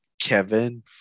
Kevin